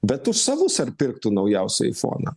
bet už savus ar pirktų naujausią aifoną